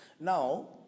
Now